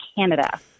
Canada